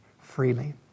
freely